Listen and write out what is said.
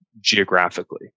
geographically